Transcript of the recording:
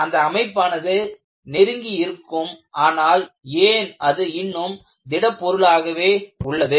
அந்த அமைப்பானது நெருங்கி இருக்கும் ஆனால் ஏன் அது இன்னும் திட பொருளாகவே உள்ளது